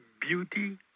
beauty